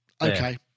Okay